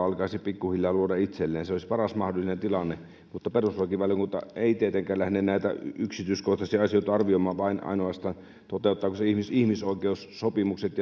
alkaisi pikkuhiljaa luoda itselleen sosiaalista turvaverkkoa se olisi paras mahdollinen tilanne mutta perustuslakivaliokunta ei tietenkään lähde yksityiskohtaisesti asioita arvioimaan vaan arvioi ainoastaan toteuttaako se ihmisoikeussopimukset